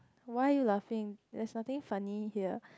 why are you laughing there's nothing funny here